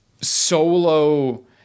Solo